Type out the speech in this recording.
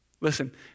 Listen